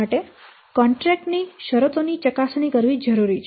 આ માટે કોન્ટ્રેક્ટ ની શરતો ની ચકાસણી કરવી જરૂરી છે